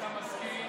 אתה מסכים